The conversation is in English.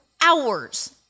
hours